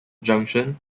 junction